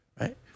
right